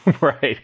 Right